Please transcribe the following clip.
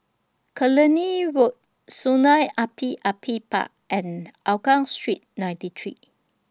Killiney Road Sungei Api Api Park and Hougang Street ninety three